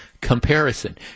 comparison